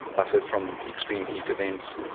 buffered from extreme heat events,